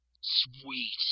Sweet